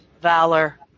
valor